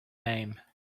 name